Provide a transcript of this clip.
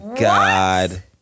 God